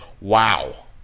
Wow